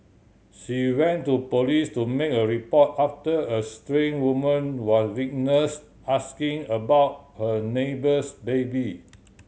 she went to police to make a report after a strange woman was witnessed asking about her neighbour's baby